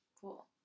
Cool